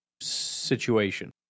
situation